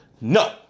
no